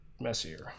messier